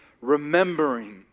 remembering